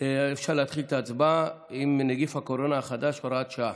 עם נגיף הקורונה החדש (הוראת שעה)